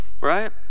right